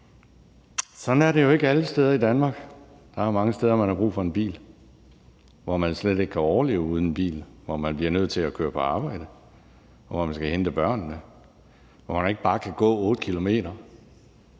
Sådan er det jo ikke alle steder i Danmark. Der er mange steder, man har brug for en bil, og hvor man slet ikke kan overleve uden en bil, hvor man bliver nødt til at køre på arbejde, hvor man skal hente børnene, hvor man ikke bare kan gå 8 km.